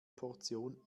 portion